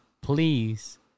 please